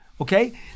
okay